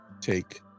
take